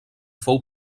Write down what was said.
fou